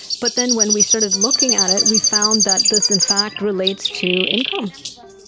but then when we started looking at it we found that this in fact relates to income.